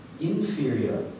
inferior